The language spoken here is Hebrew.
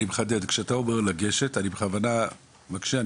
אני מחדד שוב, אני מקשה בכוונה.